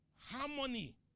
Harmony